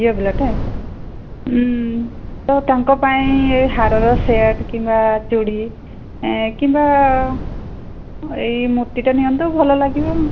ଝିଅ ପିଲାଟେ ତ ତାଙ୍କ ପାଇଁ ଏ ହାରର ସେଟ୍ କିମ୍ବା ଚୁଡ଼ି କିମ୍ବା ଏଇ ମୂର୍ତ୍ତିଟା ନିଅନ୍ତୁ ଭଲ ଲାଗିବ